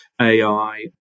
AI